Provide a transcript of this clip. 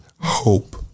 hope